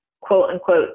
quote-unquote